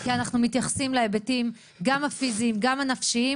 כי אנחנו מתייחסים להיבטים הפיזיים והנפשיים